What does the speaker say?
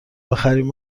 بخریم